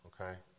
Okay